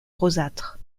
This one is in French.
rosâtre